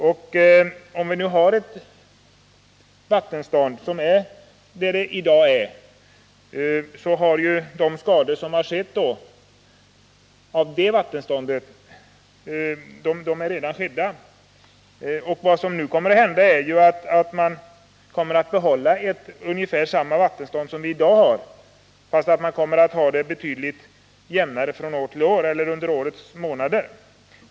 Med det låga vattenstånd som vi har i dag är dessa skador redan skedda, och vad som nu kommer att hända är att man behåller ungefär samma vattenstånd som i dag men ser till att det blir jämnare under årets månader.